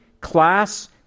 class